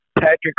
Patrick